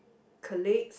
colleagues